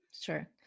sure